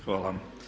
Hvala.